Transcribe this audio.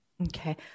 okay